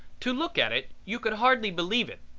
to look at it you could hardly believe it,